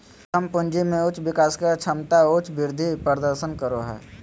उद्यम पूंजी में उच्च विकास के क्षमता उच्च वृद्धि प्रदर्शन करो हइ